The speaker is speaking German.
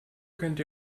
könnt